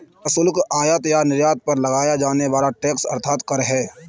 प्रशुल्क, आयात या निर्यात पर लगाया जाने वाला टैक्स अर्थात कर है